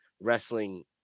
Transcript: wrestling